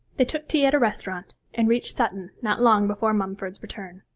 they took tea at a restaurant, and reached sutton not long before mumford's return.